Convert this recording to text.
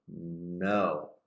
No